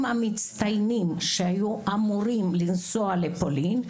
המצטיינים שהיו אמורים לנסוע לפולין,